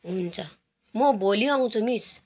हुन्छ म भोलि आउँछु मिस